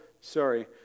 sorry